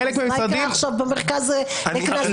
אם לא היית עכשיו במרכז לקנסות,